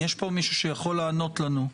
גם אם יהיה פה מישהו שיוכל לענות לנו.